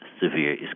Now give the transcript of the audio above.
severe